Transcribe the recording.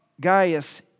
Gaius